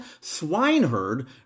swineherd